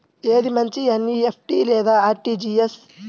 ఏది మంచి ఎన్.ఈ.ఎఫ్.టీ లేదా అర్.టీ.జీ.ఎస్?